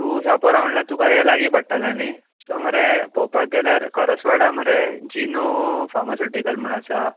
तुम शापोरा म्हणल्यार तुमका हे लागी पडटले न्ही सो मरे पळोवपाक गेल्यार करासवाडा मरे जीनो फार्मकुटीकल आसा